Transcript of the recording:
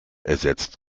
ersetzt